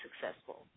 successful